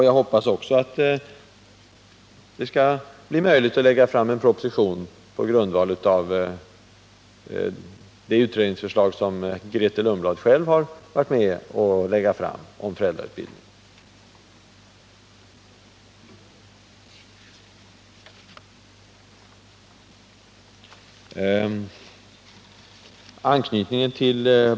Jag hoppas att det också skall bli möjligt att presentera en proposition på grundval av det utredningsförslag som Grethe Lundblad själv har varit med om att utarbeta om föräldrautbildningen.